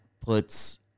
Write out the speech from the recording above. puts